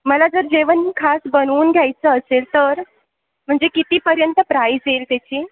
मला जर जेवण खास बनवून घ्यायचं असेल तर म्हणजे कितीपर्यंत प्राईज येईल त्याची